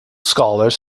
scholars